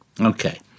Okay